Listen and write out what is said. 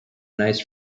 nice